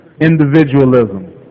individualism